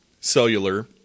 cellular